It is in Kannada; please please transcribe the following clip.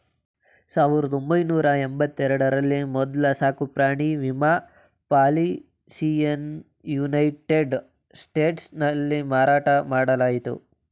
ಸಾವಿರದ ಒಂಬೈನೂರ ಎಂಬತ್ತ ಎರಡ ರಲ್ಲಿ ಮೊದ್ಲ ಸಾಕುಪ್ರಾಣಿ ವಿಮಾ ಪಾಲಿಸಿಯನ್ನಯುನೈಟೆಡ್ ಸ್ಟೇಟ್ಸ್ನಲ್ಲಿ ಮಾರಾಟ ಮಾಡಲಾಯಿತು